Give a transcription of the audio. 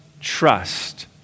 trust